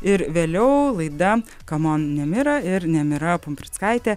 ir vėliau laida cmon nemira ir nemira pumprickaitė